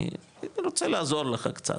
אני רוצה לעזור לך קצת,